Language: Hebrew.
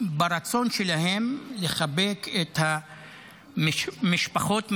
ברצון שלהן לחבק את המשפחות מחדש.